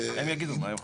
הם יגידו מה הם חושבים.